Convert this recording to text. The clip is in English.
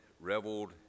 reveled